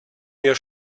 mir